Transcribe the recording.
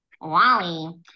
Wally